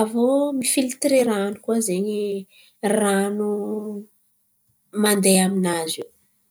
aviô mifilitirỳ ran̈o koa zen̈y ran̈o mandeha aminazy ao.